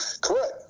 Correct